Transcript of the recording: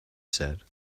said